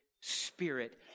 spirit